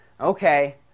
okay